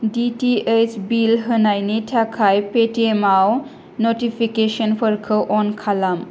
D T H bill होनायनि थाखाय पेटिएमआव न'टिफिकेसनफोरखौ अन खालाम